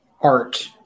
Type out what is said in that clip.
art